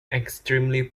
extremely